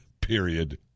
Period